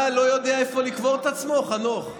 מה, לא יודע איפה לקבור את עצמו, חנוך?